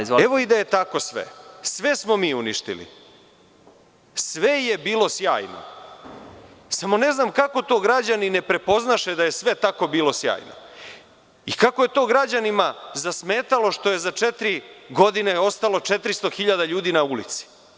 I da je tako sve, sve smo sve mi uništili, sve je bilo sjajno, samo ne znam kako to građani ne prepoznaše da je sve bilo tako sjajno i kako je to građanima zasmetalo što je za četiri godine ostalo 400 hiljada ljudi na ulici?